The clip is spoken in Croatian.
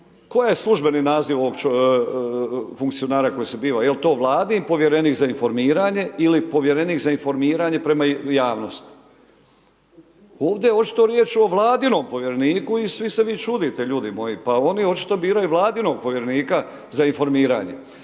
ovdje je riječ, uopće funkcionara koji se bira, jel to vladin povjerenik za informiranje ili povjerenik za informiranje prema u javnosti? Ovdje je očito riječ o vladinom povjereniku i svi se vi čudite ljudi moji, pa oni očito biraju vladinog povjerenika za informiranje.